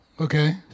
Okay